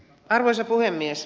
arvoisa puhemies